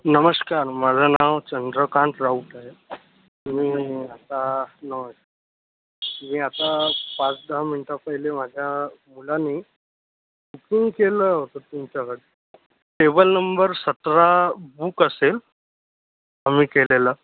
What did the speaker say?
नमस्कार माझं नाव चंद्रकांत राऊट आहे मी आता न मी आता पाचदहा मिनिटापहिले माझ्या मुलानी बुकिंग केलं होतं तुमच्याकडं टेबल नंबर सतरा बुक असेल आम्ही केलेलं